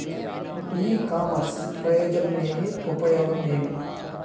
ఇ commerce ప్రయోజనం ఏమి? ఉపయోగం ఏమి?